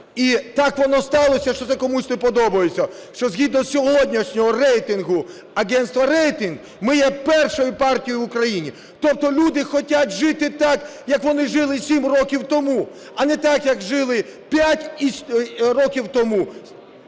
І так воно сталося, що це комусь не подобається, що згідно сьогоднішнього рейтингу агентства "Рейтинг" ми є першою партією в Україні. Тобто люди хочуть жити так, як вони жили 7 років тому, а не так, як жили 5 років тому